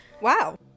Wow